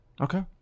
Okay